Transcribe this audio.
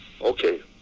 Okay